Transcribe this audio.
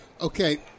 Okay